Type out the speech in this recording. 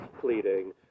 pleading